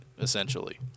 Essentially